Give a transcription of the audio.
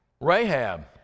Rahab